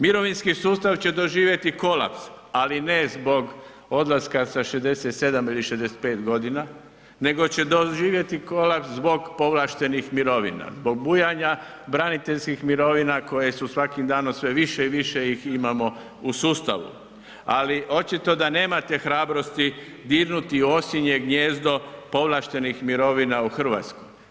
Mirovinski sustav će doživjeti kolaps, ali ne zbog odlaska sa 67 ili 65 godina, nego će doživjeti kolaps zbog povlaštenih mirovina, zbog bujanja braniteljskih mirovina koja su svakim danom sve više i više ih imamo u sustavu, ali očito da nemate hrabrosti dirnuti u osinje gnijezdo povlaštenih mirovina u Hrvatskoj.